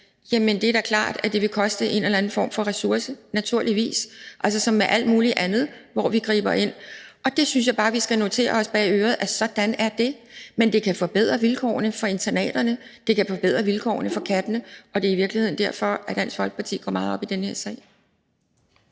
til det her – vil koste en eller anden form for ressource, naturligvis. Det er som med alt muligt andet, hvor vi griber ind, og jeg synes bare, vi skal skrive os bag øret, at det er sådan. Men det kan forbedre vilkårene for internaterne, og det kan forbedre vilkårene for kattene, og det er i virkeligheden derfor, at Dansk Folkeparti går meget op i den her sag.